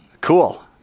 Cool